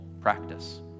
practice